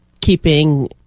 keeping